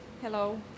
Hello